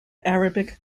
arabic